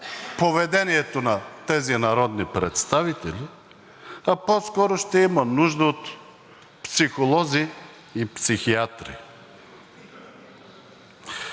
поведението на тези народни представители, а по-скоро ще има нужда от психолози и психиатри.